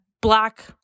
black